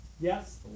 Yes